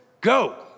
go